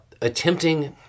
attempting